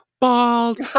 bald